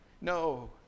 No